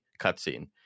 cutscene